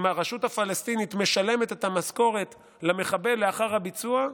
אם הרשות הפלסטינית משלמת את המשכורת למחבל לאחר הביצוע,